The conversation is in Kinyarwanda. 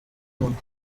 muntu